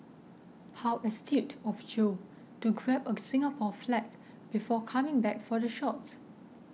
how astute of Joe to grab a Singapore flag before coming back for the shots